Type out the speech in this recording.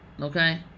Okay